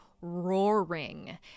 roaring